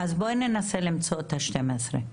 אז בואי ננסה למצוא את ה-12.